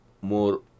more